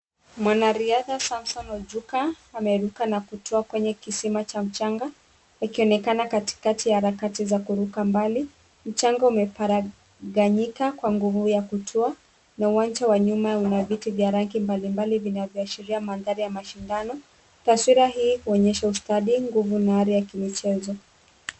Mwanariadha Samson Ojuka ameruka na kutua kwenye kisima cha mchanga, akionekana katikati ya harakati za kuruka mbali, mchanga umeparaganyika kwa nguvu ya kutua na uwanja wa nyuma una viti vya rangi mbalimbali vinavyoashiria mandhari ya mashindano, taswira hii huonyesha ustadi, nguvu na hali ya kimchezo.